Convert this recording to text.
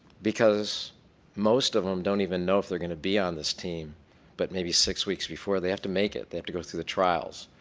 because most of them don't even know if they're going to be on this team but maybe six weeks before they have to make it, they have to go through the trials.